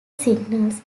signals